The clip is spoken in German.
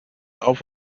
auf